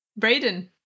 Brayden